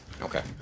Okay